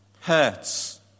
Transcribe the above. Hurts